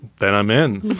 then i'm in